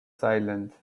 silent